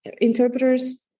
interpreters